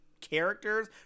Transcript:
characters